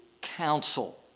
counsel